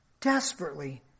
desperately